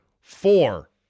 four